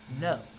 No